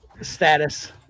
status